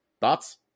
Thoughts